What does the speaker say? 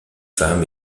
femme